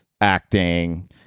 acting